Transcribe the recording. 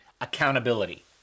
accountability